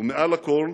ומעל לכול,